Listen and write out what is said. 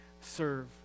serve